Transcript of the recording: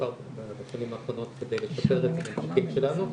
בשנים האחרונות כדי לשפר את הממשקים שלנו.